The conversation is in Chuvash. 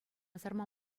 сарма